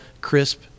crisp